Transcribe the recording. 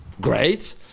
great